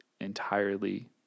entirely